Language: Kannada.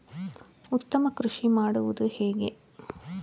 ಉತ್ತಮ ಕೃಷಿ ಮಾಡುವುದು ಹೇಗೆ?